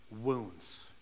Wounds